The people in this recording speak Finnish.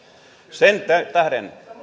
sen tähden